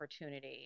opportunity